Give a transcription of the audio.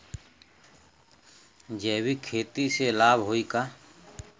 जैविक खेती से लाभ होई का?